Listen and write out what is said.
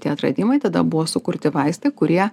tie atradimai tada buvo sukurti vaistai kurie